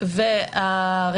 כשמדובר בפישינג גורף,